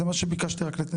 זה רק מה שביקשתי להבהיר.